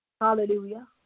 Hallelujah